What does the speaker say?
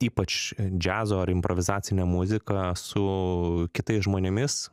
ypač džiazo ar improvizacinę muziką su kitais žmonėmis